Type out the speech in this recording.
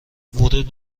ورود